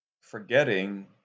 forgetting